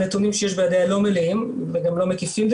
הנתונים שיש בידיה לא מלאים וגם לא מקיפים,